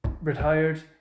retired